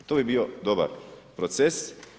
To bi bio dobar proces.